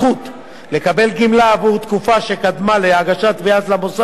לקבל גמלה עבור תקופה שקדמה להגשת תביעתו למוסד,